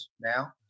now